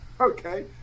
okay